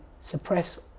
suppress